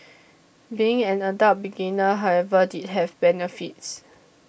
being an adult beginner however did have benefits